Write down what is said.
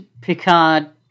Picard